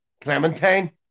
Clementine